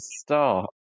start